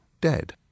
dead